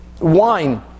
wine